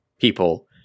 People